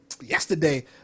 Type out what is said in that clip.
yesterday